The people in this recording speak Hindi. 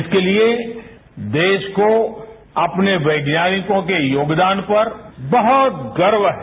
इसके लिए देश को अपने वैज्ञानिकों के योगदान पर बहुत गर्व है